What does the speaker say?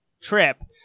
trip